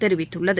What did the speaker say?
தெரிவித்துள்ளது